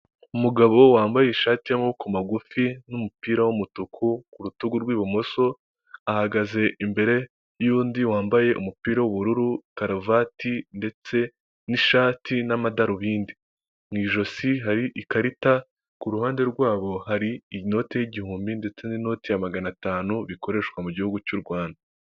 Umugabo wambaye ishati y'amaboko magufi n'umupira w'umutuku ku rutugu rw'ibumoso, ahagaze imbere y'undi wambaye umupira w'ubururu, karuvati ndetse n'ishati n'amadarubindi, mu ijosi hari ikarita ku ruhande rwabo hari inoti y'igihumbi ndetse n'inoti ya magana atanu bikoreshwa gihugu cy'u Rwanda.